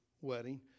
wedding